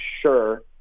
sure